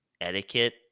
etiquette